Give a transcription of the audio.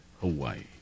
Hawaii